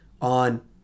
on